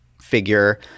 figure